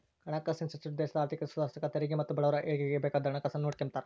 ಹಣಕಾಸಿನ್ ಸಚಿವ್ರು ದೇಶದ ಆರ್ಥಿಕತೆ ಸುಧಾರ್ಸಾಕ ತೆರಿಗೆ ಮತ್ತೆ ಬಡವುರ ಏಳಿಗ್ಗೆ ಬೇಕಾದ್ದು ಹಣಕಾಸುನ್ನ ನೋಡಿಕೆಂಬ್ತಾರ